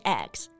eggs